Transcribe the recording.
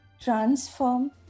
transform